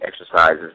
exercises